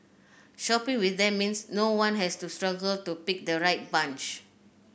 shopping with them means no one has to struggle to pick the right bunch